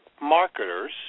marketers